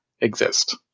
exist